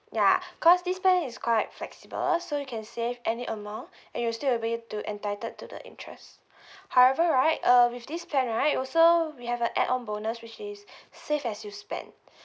ya because this plan is quite flexible so you can save any amount and you'll still be to entitled to the interest however right uh with this plan right also we have an add on bonus which is save as you spend